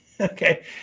okay